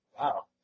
Wow